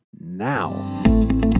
now